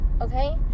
okay